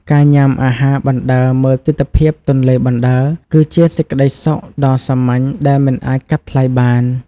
ការញ៉ាំអាហារបណ្តើរមើលទិដ្ឋភាពទន្លេបណ្តើរ គឺជាសេចក្តីសុខដ៏សាមញ្ញដែលមិនអាចកាត់ថ្លៃបាន។